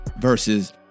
versus